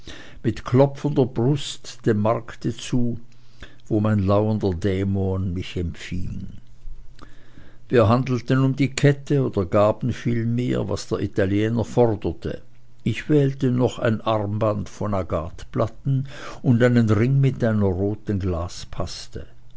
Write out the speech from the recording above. mit klopfender brust dem markte zu wo mein lauernder dämon mich empfing wir handelten um die kette oder gaben vielmehr was der italiener forderte ich wählte noch ein armband von agatplatten und einen ring mit einer roten